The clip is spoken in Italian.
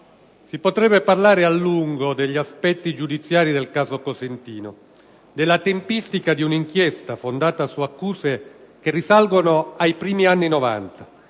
si potrebbe parlare a lungo degli aspetti giudiziari del caso Cosentino. Della tempistica di un'inchiesta fondata su accuse che risalgono ai primi anni '90,